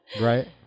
right